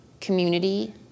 community